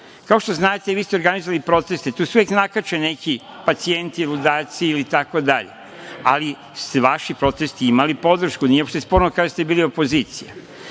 Kao što znate, vi ste organizovali proteste. Tu se uvek nakače neki pacijenti, ludaci, itd. Ali su vaši protesti imali podršku, to nije uopšte sporno, kada ste bili opozicija. Tako